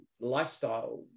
lifestyle